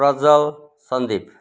Prajwal Sandip